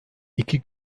i̇ki